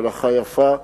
מלאכה יפה,